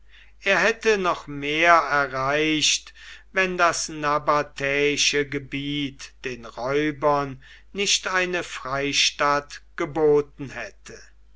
er hätte noch mehr erreicht wenn das nabatäische gebiet den räubern nicht eine freistatt geboten hätte